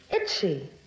Itchy